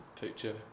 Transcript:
picture